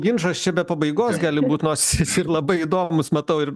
ginčas čia be pabaigos gali būt nors jis ir labai įdomus matau ir